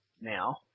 now